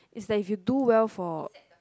is like if you do well for